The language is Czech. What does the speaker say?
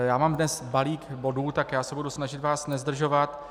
Já mám dnes balík bodů, tak se budu snažit vás nezdržovat.